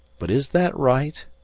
but is that right?